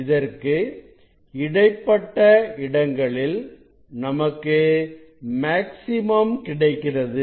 இதற்கு இடைப்பட்ட இடங்களில் நமக்கு மேக்ஸிமம் கிடைக்கிறது